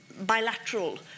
bilateral